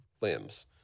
limbs